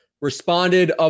responded